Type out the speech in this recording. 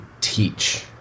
teach